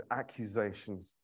accusations